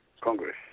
Congress